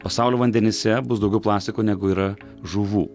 pasaulio vandenyse bus daugiau plastiko negu yra žuvų